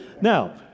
Now